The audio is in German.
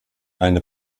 eine